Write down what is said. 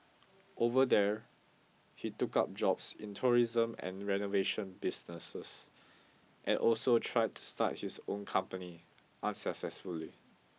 over there he took up jobs in tourism and renovation businesses and also tried to start his own company unsuccessfully